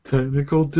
Technical